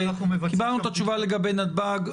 קיבלנו את התשובה לגבי נתב"ג.